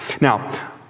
Now